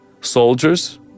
soldiers